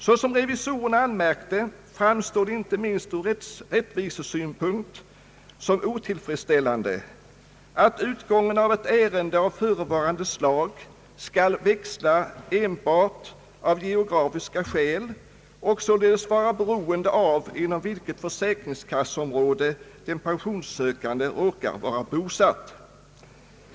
Såsom revisorerna anmärkt, framstår det inte minst ur rättvisesynpunkt som otillfredsställande att utgången av ett ärende av förevarande slag skall växla enbart av geografiska skäl och således vara beroende av inom vilket försäkringskasseområde den pensionssökande råkar vara bosatt.